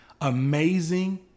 amazing